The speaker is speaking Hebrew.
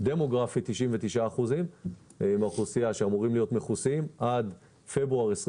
ודמוגרפית 99% מהאוכלוסייה שאמורים להיות מכוסים עד פברואר 2023,